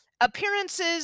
appearances